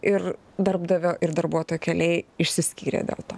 ir darbdavio ir darbuotojo keliai išsiskyrė dėl to